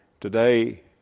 today